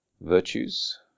virtues